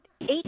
Eight